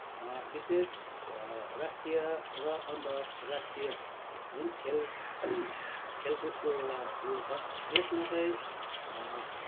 विशेष राष्ट्रीय र अन्तराष्ट्रीय जुन खेल खेलकुदको एउटा ऊ यो छ यसमा चाहिँ